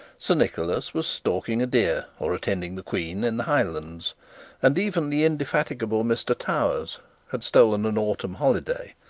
sir nicholas was stalking a deer, or attending the queen, in the highlands and even the indefatigable mr towers had stolen an autumn holiday,